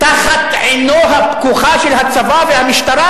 תחת עינם הפקוחה של הצבא והמשטרה,